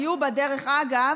היו בה, דרך אגב,